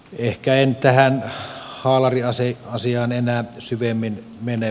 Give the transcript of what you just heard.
ehkä en tähän haalariasiaan enää syvemmin mene